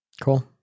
Cool